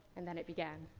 and then it began.